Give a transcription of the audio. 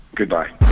Goodbye